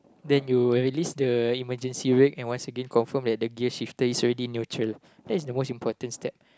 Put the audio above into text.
then you where release the emergency ring and once again confirm that the gear shift is already neutral that's the most important step